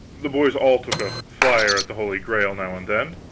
the boys all took a flier at the holy grail now and then.